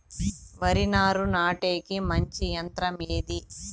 వరి నారు నాటేకి మంచి యంత్రం ఏది?